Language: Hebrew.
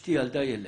אשתי ילדה ילד,